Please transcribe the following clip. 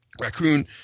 raccoon